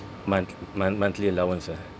month mon~ monthly allowance ah